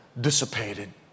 dissipated